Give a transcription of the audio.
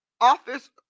office